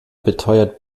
beteuert